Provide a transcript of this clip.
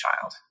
child